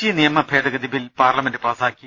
G നിയമ ഭേദഗതി bill parliament പാസ്സാക്കി